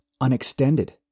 unextended